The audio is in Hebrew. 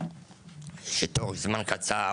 שתוך זמן קצר